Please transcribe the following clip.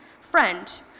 Friend